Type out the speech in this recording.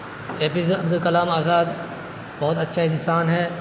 اے P J ے عبدالکلام آزاد بہت اچھا انسان ہے